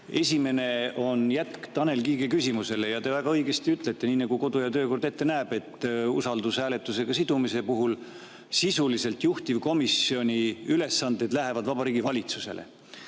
poole. Esimene on jätk Tanel Kiige küsimusele. Te väga õigesti ütlesite, nii nagu kodu‑ ja töökord ette näeb, et usaldushääletusega sidumise puhul lähevad juhtivkomisjoni ülesanded sisuliselt Vabariigi Valitsusele.